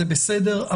זה בסדר,